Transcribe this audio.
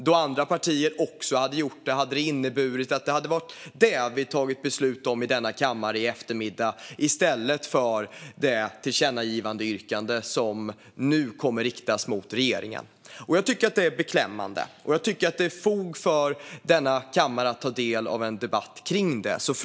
Om andra partier också hade gjort det hade det inneburit att det varit det vi skulle fatta beslut om i denna kammare i eftermiddag i stället för det tillkännagivandeyrkande som nu kommer att riktas mot regeringen. Jag tycker att detta är beklämmande, och jag tycker att det finns fog för att ta del av en debatt om det i denna kammare.